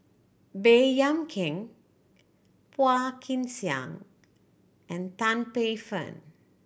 Baey Yam Keng Phua Kin Siang and Tan Paey Fern